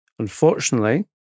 Unfortunately